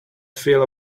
feel